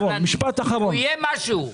הוא יהיה מה שהוא.